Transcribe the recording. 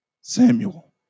Samuel